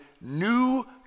new